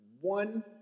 one